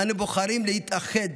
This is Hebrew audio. אנו בוחרים להתאחד.